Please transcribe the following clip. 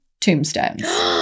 tombstones